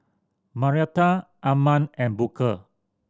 Marietta Arman and Booker